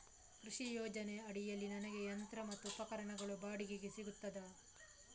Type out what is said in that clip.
ಕೃಷಿ ಯೋಜನೆ ಅಡಿಯಲ್ಲಿ ನನಗೆ ಯಂತ್ರ ಮತ್ತು ಉಪಕರಣಗಳು ಬಾಡಿಗೆಗೆ ಸಿಗುತ್ತದಾ?